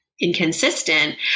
inconsistent